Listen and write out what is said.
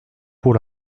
pour